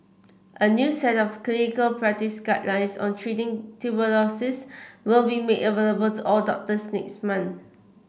a new set of clinical practice guidelines on treating tuberculosis will be made available to all doctors next month